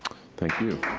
thank you.